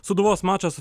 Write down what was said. sūduvos mačas